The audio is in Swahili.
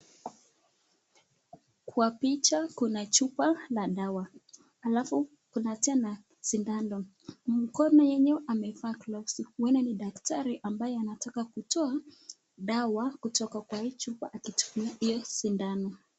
Kwa picha kuna chupa la dawa. Alafu kuna tena sindano. Mkono hiyo amevaa gloves huenda ni daktari ambaye anataka kutoa dawa kutoka kwa hii chupa akitumia sindano.